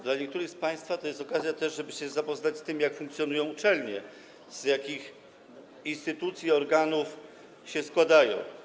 Dla niektórych z państwa to jest też okazja do tego, żeby zapoznać się z tym, jak funkcjonują uczelnie, z jakich instytucji, organów się składają.